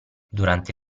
durante